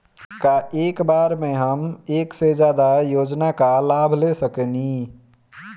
का एक बार में हम एक से ज्यादा योजना का लाभ ले सकेनी?